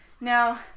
Now